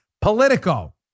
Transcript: Politico